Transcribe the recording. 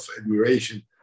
admiration